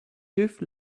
have